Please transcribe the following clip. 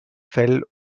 fell